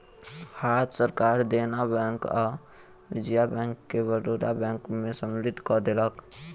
भारत सरकार देना बैंक आ विजया बैंक के बड़ौदा बैंक में सम्मलित कय देलक